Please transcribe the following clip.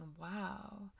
wow